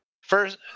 First